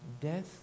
Death